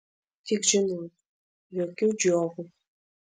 tik žinok jokių džiovų